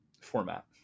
format